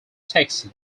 taxi